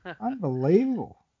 Unbelievable